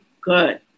good